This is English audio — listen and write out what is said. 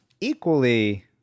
equally